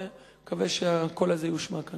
ואני מקווה שהקול הזה יושמע כאן.